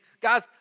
guys